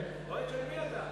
אוהד של מי אתה?